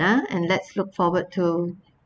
ah and let's look forward to